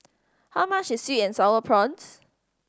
how much is sweet and Sour Prawns